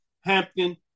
hampton